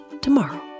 tomorrow